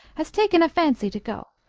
has taken a fancy to go.